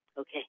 okay